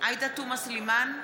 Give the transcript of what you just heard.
עאידה תומא סלימאן,